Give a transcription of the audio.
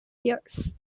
years